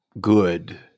good